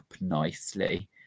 nicely